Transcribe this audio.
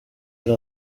muri